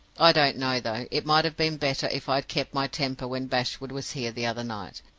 i don't know, though it might have been better if i had kept my temper when bashwood was here the other night.